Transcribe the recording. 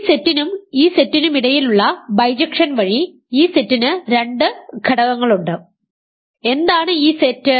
ഈ സെറ്റിനും ഈ സെറ്റിനുമിടയിലുള്ള ബൈജെക്ഷൻ വഴി ഈ സെറ്റിന് രണ്ട് ഘടകങ്ങളുണ്ട് എന്താണ് ഈ സെറ്റ്